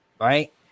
right